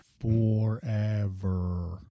forever